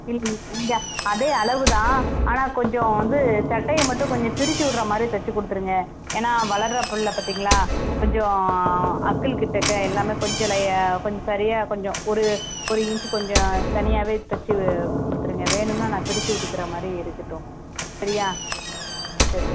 இல் இல் இந்த அதே அளவு தான் ஆனால் கொஞ்சம் வந்து சட்டையை மட்டும் கொஞ்சம் பிரிச்சு விட்ற மாதிரி தச்சு கொடுத்துருங்க ஏன்னா வளர்ற புள்ளை பார்த்திங்களா கொஞ்ச அக்குள் கிட்டக்க எல்லாமே கொஞ்சம் லை கொஞ்சம் சரியாக கொஞ்சம் ஒரு ஒரு இன்ச் கொஞ்சம் தனியாகவே தச்சி கொடுத்துருங்க வேணும்ன்னா நான் பிரிச்சு விட்டுக்குற மாதிரி இருக்கட்டும் சரியா ம் சேரி